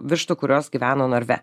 vištų kurios gyveno narve